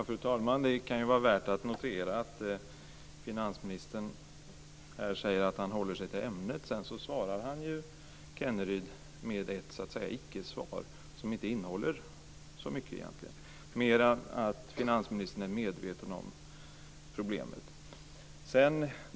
Fru talman! Det kan vara värt att notera att finansministern här säger att han håller sig till ämnet och att han sedan svarar Kenneryd med ett ickesvar som egentligen inte innehåller så mycket mer än att finansministern är medveten om problemet.